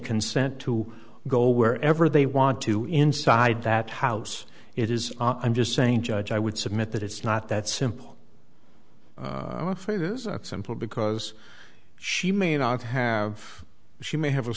consent to go wherever they want to inside that house it is i'm just saying judge i would submit that it's not that simple i'm afraid it is a simple because she may not have she may have